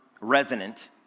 resonant